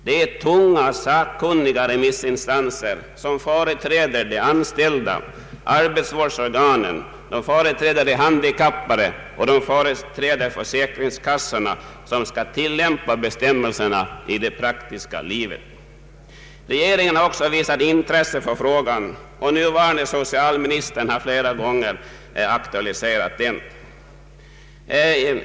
Det rör sig alltså om tunga och sakkunniga remissinstanser som företräder de anställda, arbetsvårdsorganen, de handikappade och försäkringskassorna som skall tillämpa bestämmelserna i det praktiska livet. Regeringen har också visat intresse för frågan och nuvarande socialministern har aktualiserat den flera gånger.